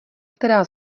která